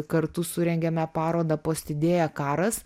kartu surengėme parodą postidėja karas